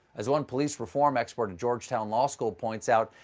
as one police reform expert at georgetown law school points out.